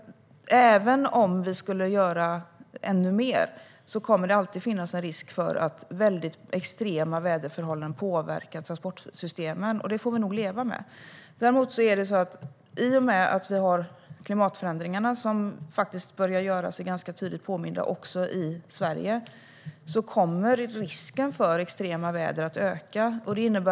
Även om vi skulle göra ännu mer kommer det alltid att finnas en risk för att extrema väderförhållanden påverkar transportsystemen, och det får vi nog leva med. Däremot kommer risken för extremt väder att öka i och med klimatförändringarna, som börjar göra sig ganska tydligt påminda också i Sverige.